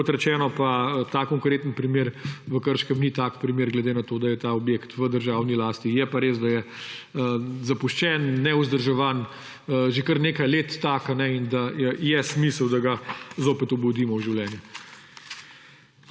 Kot rečeno, pa ta konkreten primer v Krškem ni tak primer, glede na to, da je ta objekt v državni lasti, je pa res, da je zapuščen, nevzdrževan že kar nekaj let in je smiselno, da ga zopet obudimo v življenje.